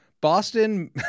Boston—